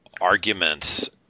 arguments